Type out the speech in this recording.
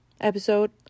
episode